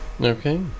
Okay